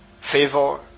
Favor